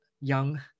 young